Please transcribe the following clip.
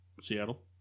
Seattle